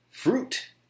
Fruit